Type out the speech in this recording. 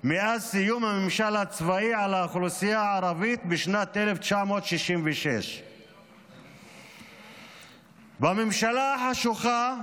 מאז סיום הממשל הצבאי על האוכלוסייה הערבית בשנת 1966. לממשלה החשוכה,